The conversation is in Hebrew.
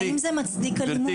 האם זה מצדיק אלימות?